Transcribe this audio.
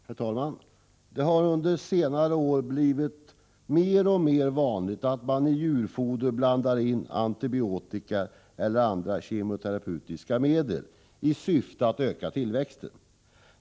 Herr talman! Det har under senare år blivit mer och mer vanligt att man i djurfoder blandar in antibiotika eller andra kemoterapeutiska medel i syfte att öka tillväxten.